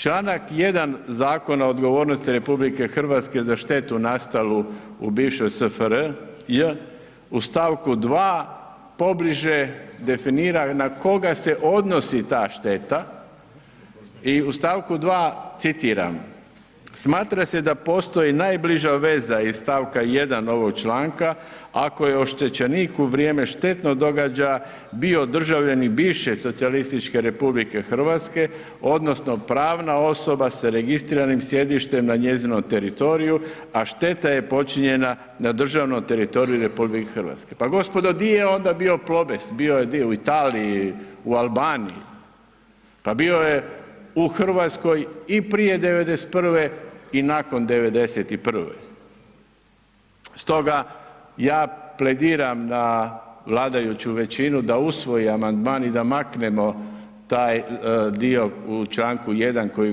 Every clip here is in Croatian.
Čl. 1. Zakona o odgovornosti RH za štetu nastalu u bivšoj SFRJ u st. 2. pobliže definira na koga se odnosi ta šteta i u st. 2. citiram, smatra se da postoji najbliža veza iz st. 1. ovog članka ako je oštećenik u vrijeme štetnog događaja bio državljanin bivše socijalističke RH odnosno pravna osoba sa registriranim sjedištem na njezinom teritoriju, a šteta je počinjena na državnom teritoriju RH, pa gospodo di je onda bio Plobest, bio je di, u Italiji, u Albaniji, pa bio je u RH i prije '91. i nakon '91., stoga ja plediram na vladajuću većinu da usvoji amandman i da maknemo taj dio u čl. 1. koji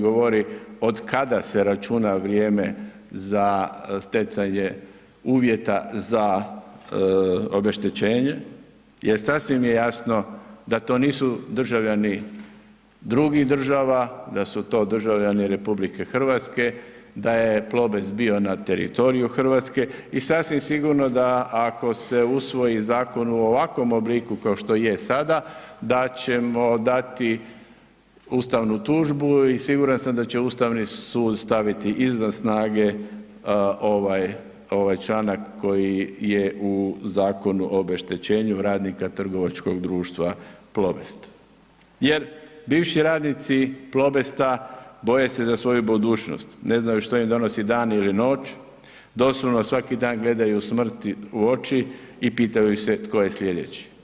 govori od kada se računa vrijeme za stjecanje uvjeta za obeštećenje jer sasvim je jasno da to nisu državljani drugih država, da su to državljani RH, da je Plobest bio na teritoriju RH i sasvim sigurno da ako se usvoji zakon u ovakvom obliku kao što je sada, da ćemo dati ustavnu tužbu i siguran sam da će Ustavni sud staviti izvan snage ovaj, ovaj članak koji je u Zakonu o obeštećenju radnika trgovačkog društva Plobest jer bivši radnici Plobesta boje se za svoju budućnost, ne znaju što im donosi dan ili noć, doslovno svaki dan gledaju smrti u oči i pitaju se tko je slijedeći.